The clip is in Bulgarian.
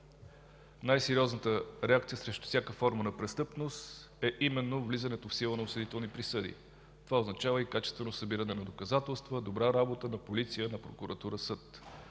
най-сериозната реакция срещу всяка форма на престъпност е именно влизането в сила на осъдителни присъди. Това означава и качествено събиране на доказателства, добра работа на полиция, прокуратура, съд.